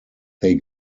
they